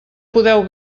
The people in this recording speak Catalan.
podeu